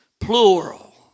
plural